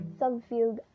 subfield